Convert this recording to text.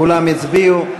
כולם הצביעו.